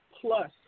plus